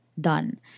done